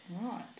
Right